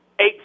Eight